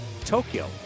Tokyo